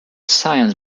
science